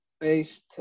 based